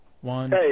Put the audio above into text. One